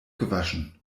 gewaschen